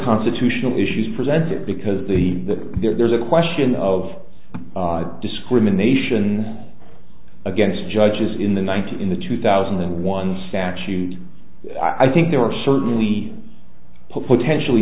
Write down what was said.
constitutional issues presented because the that there is a question of discrimination against judges in the ninety's in the two thousand and one statute i think there are certainly potentially